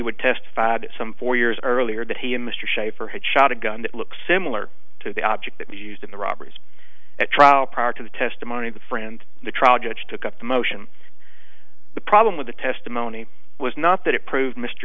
would testify that some four years earlier that he and mr shaffer had shot a gun that looks similar to the object used in the robberies at trial prior to the testimony of the friend the trial judge took up the motion the problem with the testimony was not that it proved mr